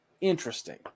Interesting